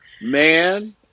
man